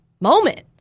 moment